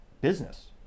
business